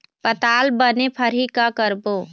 पताल बने फरही का करबो?